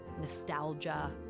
nostalgia